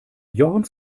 jochens